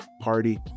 Party